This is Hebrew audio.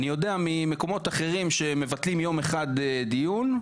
יודע ממקומות אחרים שמבטלים יום אחד דיון.